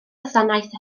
wasanaeth